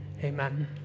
Amen